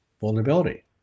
vulnerability